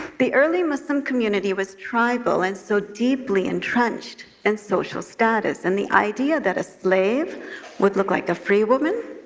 the early muslim community was tribal, and so deeply entrenched in and social status, and the idea that a slave would look like a free woman,